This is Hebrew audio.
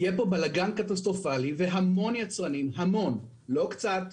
יהיה פה בלגאן קטסטרופלי והמון יצרנים לא קצת,